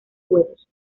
juegos